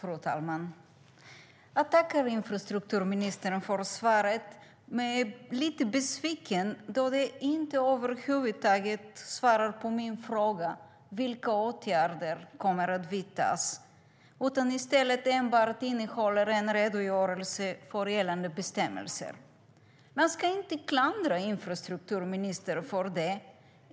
Fru talman! Jag tackar infrastrukturministern för svaret men är lite besviken då det över huvud taget inte besvarar min fråga om vilka åtgärder som kommer att vidtas utan enbart innehåller en redogörelse för gällande bestämmelser. Jag klandrar inte infrastrukturministern för det.